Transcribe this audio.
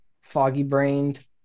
foggy-brained